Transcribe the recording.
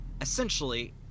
essentially